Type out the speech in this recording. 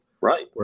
Right